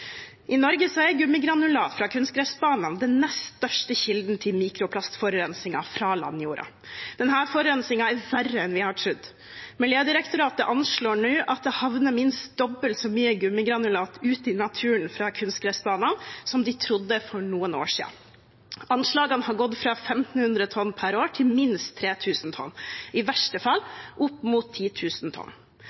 Norge er gummigranulat fra kunstgressbanene den nest største kilden til mikroplastforurensing fra landjorden. Denne forurensingen er verre enn vi har trodd. Miljødirektoratet anslår nå at det havner minst dobbelt så mye gummigranulat ut i naturen fra kunstgressbanene som de trodde for noen år siden. Anslagene har gått fra 1 500 tonn per år til minst 3 000 tonn – i verste fall opp mot 10 000 tonn.